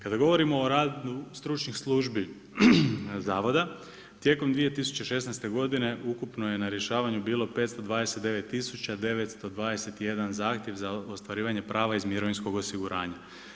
Kada govorimo o radu stručnih službi zavoda, tijekom 2016. godine ukupno je na rješavanju bilo 529 tisuća 921 zahtjev za ostvarivanje prava iz mirovinskog osiguranja.